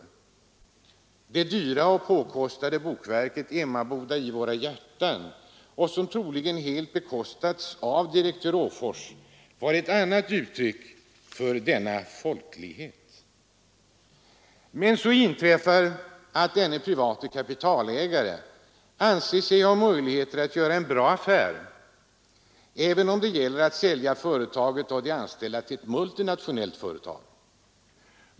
Det dyra och påkostade bokverket Emmaboda i våra hjärtan, som troligen helt finansierats av Jan Åfors, var ett annat uttryck för denna folklighet. Men så inträffar det att denna privata kapitalägare anser sig ha möjlighet att göra en bra affär, även om det gäller att sälja företaget och de anställda till ett multinationellt företag.